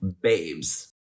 babes